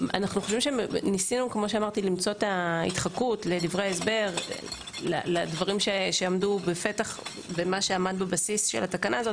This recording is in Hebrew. ניסינו למצוא את ההתחקות לדברים שעמדו בבסיס התקנה הזו,